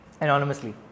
anonymously